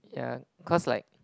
ya cause like